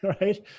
right